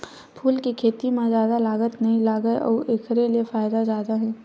फूल के खेती म जादा लागत नइ लागय अउ एखर ले फायदा जादा हे